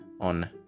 on